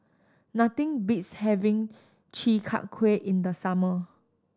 nothing beats having Chi Kak Kuih in the summer